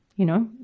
you know.